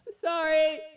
Sorry